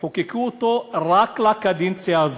חוקקו אותו רק לקדנציה הזאת.